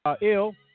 Ill